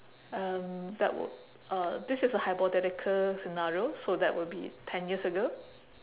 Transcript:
um that would uh this is a hypothetical scenario so that would be ten years ago